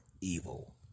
evil